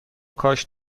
کاش